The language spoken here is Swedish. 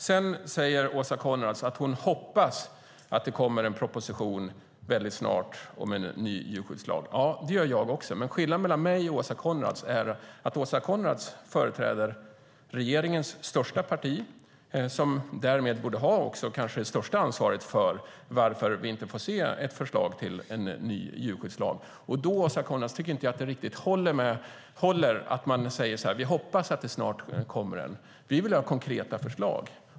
Sedan säger Åsa Coenraads att hon hoppas att det kommer en proposition om en ny djurskyddslag snart. Ja, det gör jag också, men skillnaden mellan mig och Åsa Coenraads är att Åsa Coenraads företräder regeringens största parti, som därmed också bör ha det största ansvaret för att vi inte får se ett förslag till en ny djurskyddslag. Då, Åsa Coenraads, tycker jag inte riktigt att det håller att säga att man hoppas att det snart kommer en proposition. Vi vill ha konkreta förslag.